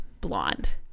blonde